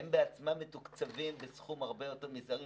הן בעצמן מתוקצבות בסכום הרבה יותר מזערי